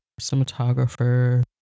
cinematographer